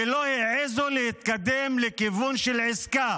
ולא העזו להתקדם לכיוון של עסקה